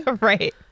right